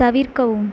தவிர்க்கவும்